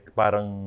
parang